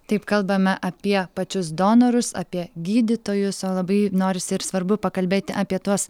taip kalbame apie pačius donorus apie gydytojus o labai norisi ir svarbu pakalbėti apie tuos